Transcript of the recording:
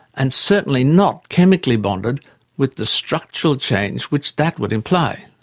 and certainly not chemically bonded with the structural change which that would imply.